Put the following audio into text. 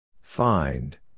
Find